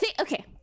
Okay